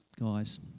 guys